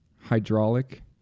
hydraulic